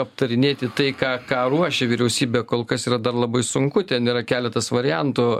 aptarinėti tai ką ką ruošia vyriausybė kol kas yra dar labai sunku ten yra keletas variantų